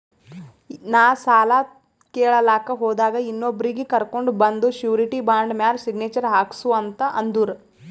ನಾ ಸಾಲ ಕೇಳಲಾಕ್ ಹೋದಾಗ ಇನ್ನೊಬ್ರಿಗಿ ಕರ್ಕೊಂಡ್ ಬಂದು ಶೂರಿಟಿ ಬಾಂಡ್ ಮ್ಯಾಲ್ ಸಿಗ್ನೇಚರ್ ಹಾಕ್ಸೂ ಅಂತ್ ಅಂದುರ್